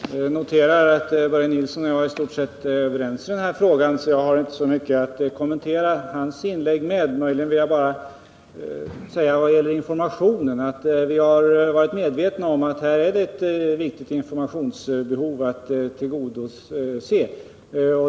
Herr talman! Jag noterar att Börje Nilsson och jag är i stort sett överens i denna fråga, så det är inte mycket i hans inlägg jag har att kommentera. Vad gäller informationen kan jag möjligen säga att vi har varit medvetna om att det finns ett informationsbehov som är viktigt att tillgodose.